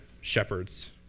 shepherds